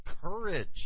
courage